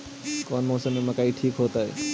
कौन मौसम में मकई ठिक होतइ?